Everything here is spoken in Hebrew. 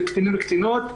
אלה קטנים וקטינות,